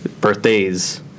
Birthdays